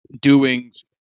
doings